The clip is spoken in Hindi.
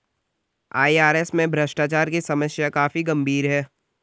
आई.आर.एस में भ्रष्टाचार की समस्या काफी गंभीर है